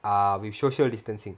err with social distancing